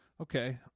Okay